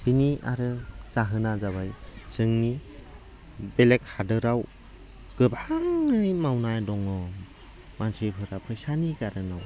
बिनि आरो जाहोना जाबाय जोंनि बेलेक हादराव गोबांनो मावनानै दङ मानसिफोरा फैसानि कारनाव